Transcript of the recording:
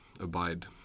abide